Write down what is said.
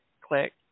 click